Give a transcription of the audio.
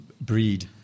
breed